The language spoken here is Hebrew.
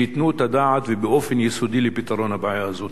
ייתנו את הדעת באופן יסודי לפתרון הבעיה הזו.